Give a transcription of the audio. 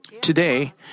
Today